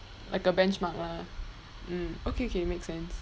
like a benchmark lah mm okay okay makes sense